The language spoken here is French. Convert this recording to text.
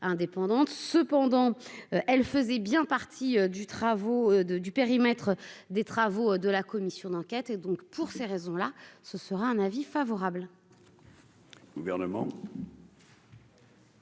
cependant elle faisait bien partie du travaux de du périmètre des travaux de la commission d'enquête et donc pour ces raisons-là, ce sera un avis favorable.